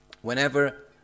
whenever